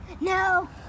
No